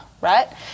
right